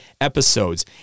episodes